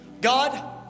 god